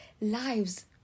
lives